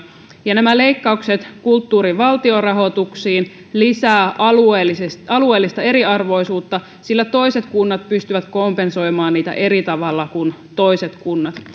ja nämä leikkaukset kulttuurin valtionrahoituksiin lisäävät alueellista alueellista eriarvoisuutta sillä toiset kunnat pystyvät kompensoimaan niitä eri tavalla kuin toiset kunnat